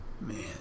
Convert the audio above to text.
Man